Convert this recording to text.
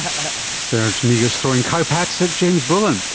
ah serge negus throwing cowpats at james bullen.